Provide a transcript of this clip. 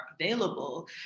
available